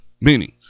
Meaning